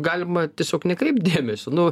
galima tiesiog nekreipt dėmesio nu